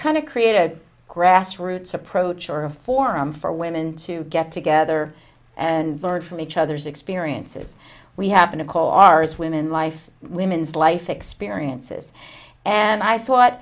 kind of create a grassroots approach or a forum for women to get together and learn from each others experiences we happen to call ours women life women's life experiences and i thought